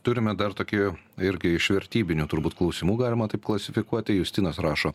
turime dar tokį irgi iš vertybinių turbūt klausimų galima taip klasifikuotai justinos rašo